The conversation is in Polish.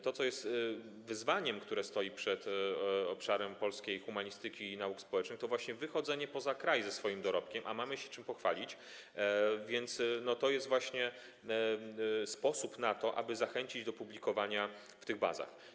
To, co jest wyzwaniem, które stoi przed obszarem polskiej humanistyki i nauk społecznych, to właśnie wychodzenie poza kraj ze swoim dorobkiem, a mamy czym się pochwalić, więc to jest właśnie sposób na to, aby zachęcić do publikowania w tych bazach.